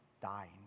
dying